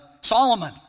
Solomon